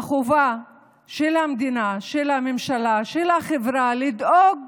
החובה של המדינה, של הממשלה, של החברה, לדאוג